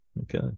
okay